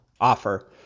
offer